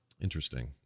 Interesting